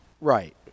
Right